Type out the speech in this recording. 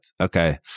okay